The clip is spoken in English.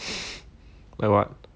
like what